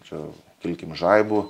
čia kilkim žaibu